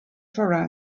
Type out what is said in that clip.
for